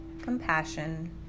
compassion